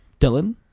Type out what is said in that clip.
Dylan